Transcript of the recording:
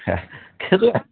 ହେ